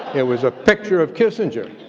it was a picture of kissinger.